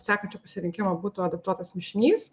sekančiu pasirinkimu būtų adaptuotas mišinys